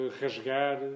rasgar